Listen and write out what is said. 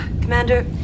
commander